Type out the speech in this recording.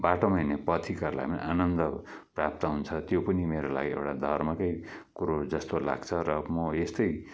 बाटोमा हिँड्ने पथिकहरूलाई पनि आनन्द प्राप्त हुन्छ त्यो पनि मेरो लागि एउटा धर्मकै कुरो जस्तो लाग्छ र म यस्तै